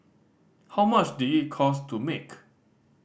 how much did it cost to make